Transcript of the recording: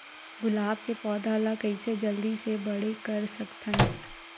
गुलाब के पौधा ल कइसे जल्दी से बड़े कर सकथन?